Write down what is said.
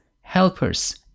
helpers